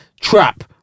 trap